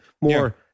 more